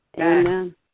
Amen